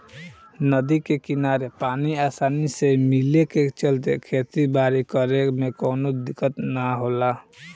नदी के किनारे पानी आसानी से मिले के चलते खेती बारी करे में कवनो दिक्कत ना होला